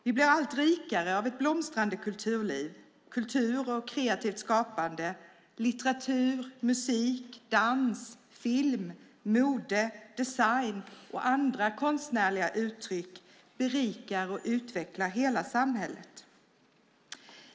Vi blir alla rikare av ett blomstrande kulturliv. Kultur och kreativt skapande - litteratur, musik, dans, film, mode, design och andra konstnärliga uttryck - berikar och utvecklar hela samhället.